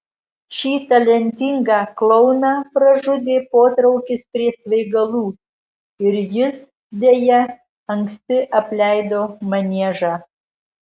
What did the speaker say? šį talentingą klouną pražudė potraukis prie svaigalų ir jis deja anksti apleido maniežą